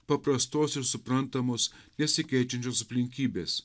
paprastos ir suprantamos nesikeičiančios aplinkybės